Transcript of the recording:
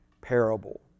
parable